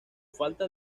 falta